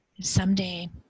Someday